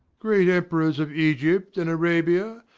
great emperors of egypt and arabia,